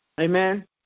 Amen